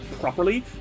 properly